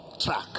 track